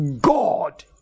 God